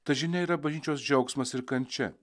ta žinia yra bažnyčios džiaugsmas ir kančia